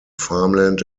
farmland